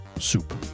Soup